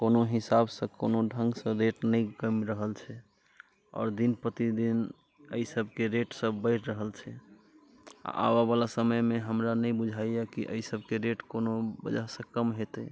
कोनो हिसाबसँ कोनो ढङ्गसँ रेट नहि कमि रहल छै आओर दिन प्रतिदिन एहिसबके रेटसब बढ़ि रहल छै आबऽवला समयमे हमरा नहि बुझाइए कि एहिसबके रेट कोनो वजहसँ कम हेतै